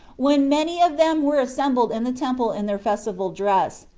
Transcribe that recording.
when many of them were assembled in the temple in their festival dress,